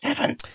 Seven